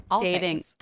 dating